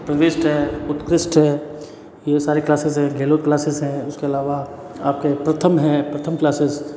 प्रविष्ट है उत्कृष्ट है ये सारे क्लासिज़ है गहलोत क्लासिज़ है उसके अलावा आपके प्रथम हैं प्रथम क्लासिज़